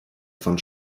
von